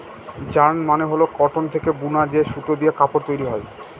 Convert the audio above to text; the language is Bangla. যার্ন মানে হল কটন থেকে বুনা যে সুতো দিয়ে কাপড় তৈরী হয়